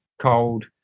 cold